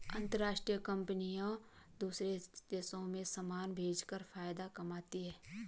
अंतरराष्ट्रीय कंपनियां दूसरे देशों में समान भेजकर फायदा कमाती हैं